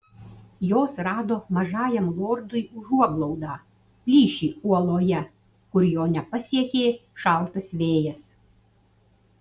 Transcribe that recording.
jos rado mažajam lordui užuoglaudą plyšį uoloje kur jo nepasiekė šaltas vėjas